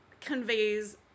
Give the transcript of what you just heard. Conveys